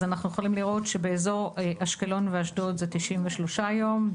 אנחנו יכולים לראות שבאזור אשקלון ואשדוד זה 93 יום.